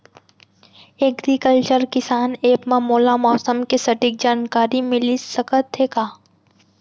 Agriculture किसान app मा मोला मौसम के सटीक जानकारी मिलिस सकत हे का?